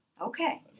Okay